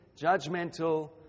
judgmental